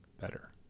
better